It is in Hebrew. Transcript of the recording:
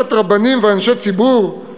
למשפחת רבנים ואנשי ציבור,